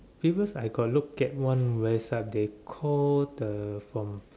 because I got look at one website they call the from